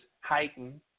heighten